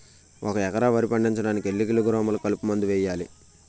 ఒక ఎకర వరి పండించటానికి ఎన్ని కిలోగ్రాములు కలుపు మందు వేయాలి?